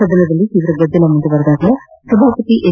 ಸದನದಲ್ಲಿ ತೀವ್ರ ಗದ್ದಲ ಮುಂದುವರೆದಾಗ ಸಭಾಪತಿ ಎಂ